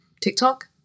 TikTok